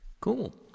Cool